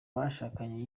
bashakanye